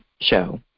show